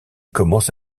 commence